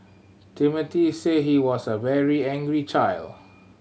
Timothy said he was a very angry child